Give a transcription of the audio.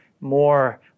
more